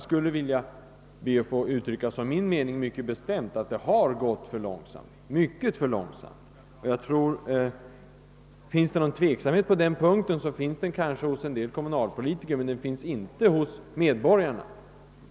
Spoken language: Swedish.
Herr talman! Min bestämda uppfattär att det verkligen har gått mycket för långsamt. Finns det någon tveksamhet på den punkten, skulle det vara bland vissa kommunalpolitiker men inte bland de vanliga medborgarna.